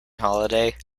holiday